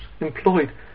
employed